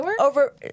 over